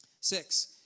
Six